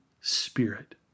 Spirit